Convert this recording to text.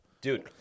Dude